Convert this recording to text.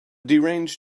deranged